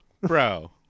Bro